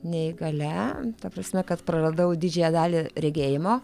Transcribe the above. neįgalia ta prasme kad praradau didžiąją dalį regėjimo